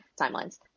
Timelines